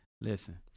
Listen